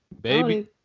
Baby